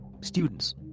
students